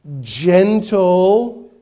gentle